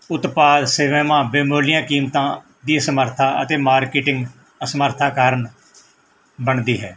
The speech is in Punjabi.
ਉਤਪਾਦ ਸੀਮਾਵਾਂ ਬੇਮੋਲੀਆਂ ਕੀਮਤਾਂ ਦੀ ਸਮਰਥਾ ਅਤੇ ਮਾਰਕੀਟਿੰਗ ਅਸਮਰਥਾ ਕਾਰਨ ਬਣਦੀ ਹੈ